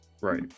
Right